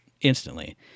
instantly